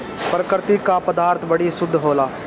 प्रकृति क पदार्थ बड़ी शुद्ध होला